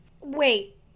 wait